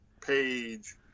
Page